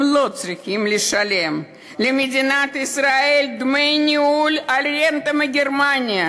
הם לא צריכים לשלם למדינת ישראל דמי ניהול על רנטה מגרמניה.